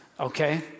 Okay